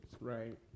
Right